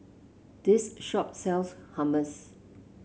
this shop sells Hummus